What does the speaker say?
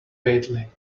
badly